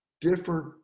different